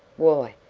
why,